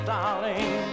Darling